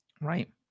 right